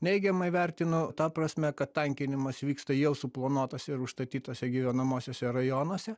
neigiamai vertinu ta prasme kad tankinimas vyksta jau suplanuotuose ir užstatytuose gyvenamuosiuose rajonuose